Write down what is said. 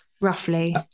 roughly